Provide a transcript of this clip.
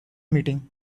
meeting